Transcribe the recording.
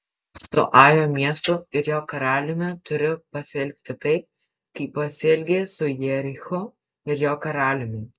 su ajo miestu ir jo karaliumi turi pasielgti taip kaip pasielgei su jerichu ir jo karaliumi